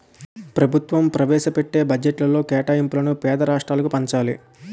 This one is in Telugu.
ప్రభుత్వం ప్రవేశపెట్టే బడ్జెట్లో కేటాయింపులను పేద రాష్ట్రాలకు పంచాలి